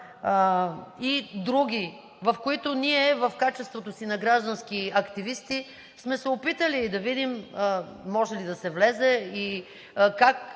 и други, в които ние, в качеството си на граждански активисти, сме се опитали да видим може ли да се влезе и как